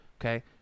Okay